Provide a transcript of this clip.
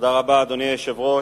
אדוני היושב-ראש,